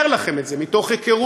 אבל אני אומר לכם את זה מתוך היכרות,